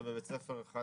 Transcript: זה בבית ספר אחד